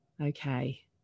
Okay